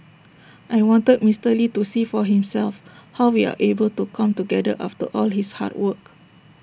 I wanted Mister lee to see for himself how we are able to come together after all his hard work